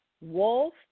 wolf